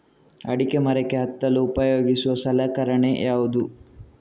ಅಡಿಕೆ ಮರಕ್ಕೆ ಹತ್ತಲು ಉಪಯೋಗಿಸುವ ಸಲಕರಣೆ ಯಾವುದು?